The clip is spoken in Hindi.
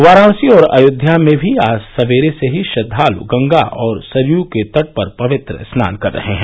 वाराणसी और अयोध्या में भी आज सवेरे से ही श्रद्वालु गंगा और सरयू के तट पर पवित्र स्नान कर रहे हैं